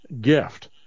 gift